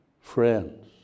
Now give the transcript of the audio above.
friends